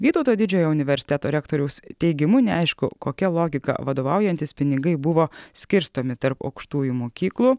vytauto didžiojo universiteto rektoriaus teigimu neaišku kokia logika vadovaujantis pinigai buvo skirstomi tarp aukštųjų mokyklų